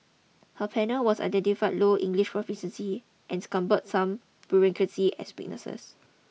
her panel was identified low English proficiency and cumbersome bureaucracy as weaknesses